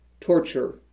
Torture